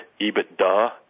EBITDA